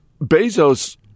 Bezos